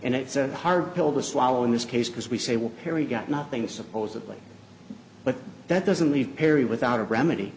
and it's a hard pill to swallow in this case because we say what kerry got nothing supposedly but that doesn't leave perry without a remedy